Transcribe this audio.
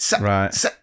Right